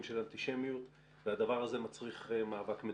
של אנטישמיות והדבר הזה מצריך מאבק מדינתי.